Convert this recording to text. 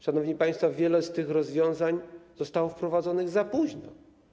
Szanowni państwo, wiele z tych rozwiązań zostało wprowadzonych za późno.